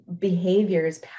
behaviors